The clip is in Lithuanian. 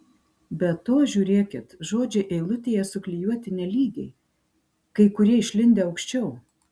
be to žiūrėkit žodžiai eilutėje suklijuoti nelygiai kai kurie išlindę aukščiau